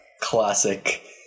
Classic